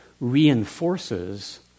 reinforces